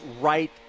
right